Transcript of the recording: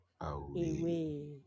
away